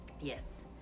yes